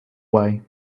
way